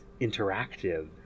interactive